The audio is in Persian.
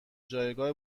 جایگاه